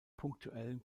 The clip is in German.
punktuell